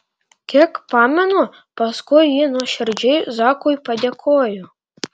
kiek pamenu paskui ji nuoširdžiai zakui padėkojo